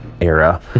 era